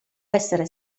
essere